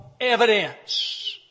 evidence